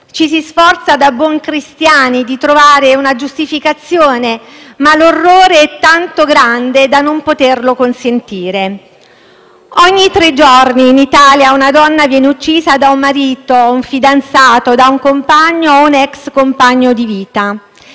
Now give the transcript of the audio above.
Ci si sforza, da buoni cristiani, di trovare una giustificazione, ma l'orrore è tanto grande da non poterlo consentire. Ogni tre giorni in Italia una donna viene uccisa da un marito, un fidanzato, da un compagno o un ex compagno di vita.